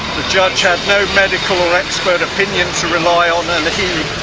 the judge had no medical or expert opinion to rely on and he,